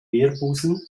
meerbusen